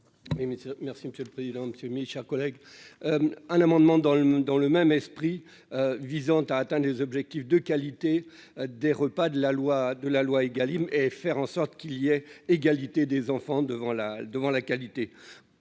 merci monsieur le président Monsieur 1000, chers collègues, un amendement dans le dans le même esprit, visant à atteint des objectifs de qualité des repas de la loi de la loi Egalim et faire en sorte qu'il y ait égalité des enfants devant la devant